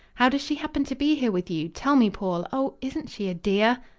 how does she happen to be here with you? tell me, paul. oh, isn't she a dear?